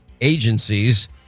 agencies